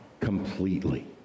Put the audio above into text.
completely